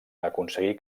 aconseguir